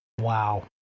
Wow